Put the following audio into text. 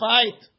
Fight